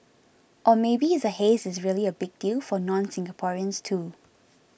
or maybe the haze is really a big deal for nonSingaporeans too